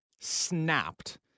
snapped